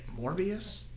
Morbius